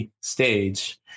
stage